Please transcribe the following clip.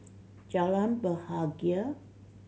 Jalan Bahagia